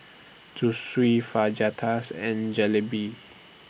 Zosui Fajitas and Jalebi